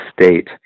State